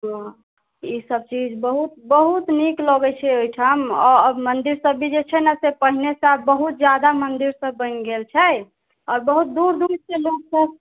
ई सब चीज बहुत बहुत नीक लगै छै ओहिठाम और मन्दिर सब भी जे छै ने से पहिनेसऽ आब बहुत ज्यादा मन्दिर सब बनि गेल छै और बहुत दूर दूरसऽ लोक सब